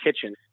kitchen